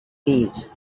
thieves